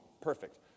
Perfect